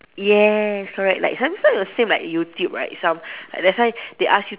yes correct like some sort the same like YouTube right some uh that's why they ask you to